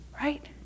right